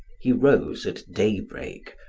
he rose at daybreak,